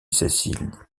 cécile